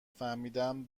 فهمیدم